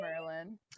Merlin